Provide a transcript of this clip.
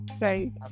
right